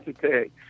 today